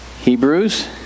Hebrews